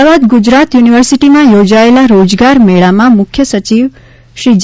અમદાવાદ ગુજરાત યુનિવર્સિટીમાં યોજાયેલા રોજગાર મેળામાં મુખ્ય સચિવ શ્રી જે